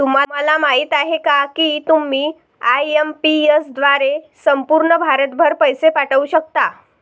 तुम्हाला माहिती आहे का की तुम्ही आय.एम.पी.एस द्वारे संपूर्ण भारतभर पैसे पाठवू शकता